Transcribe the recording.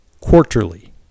quarterly